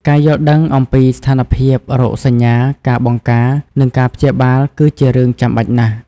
ការយល់ដឹងអំពីស្ថានភាព រោគសញ្ញា ការបង្ការ និងការព្យាបាល គឺជារឿងចាំបាច់ណាស់។